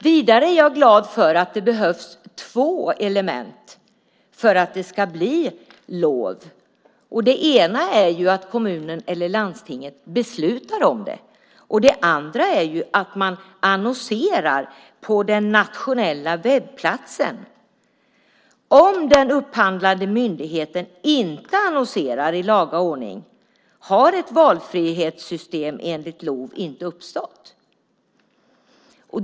Vidare är jag glad för att det behövs två element för att det ska bli LOV. Det ena är att kommunen eller landstinget beslutar om det. Det andra är att man annonserar på den nationella webbplatsen. Om den upphandlande myndigheten inte annonserar i laga ordning har ett valfrihetssystem enligt LOV inte uppstått.